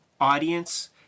audience